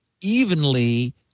evenly